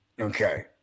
Okay